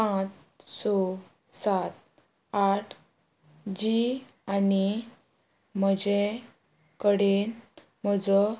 पांच स सात आठ जी आनी म्हजे कडेन म्हजो